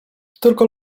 tylko